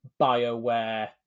Bioware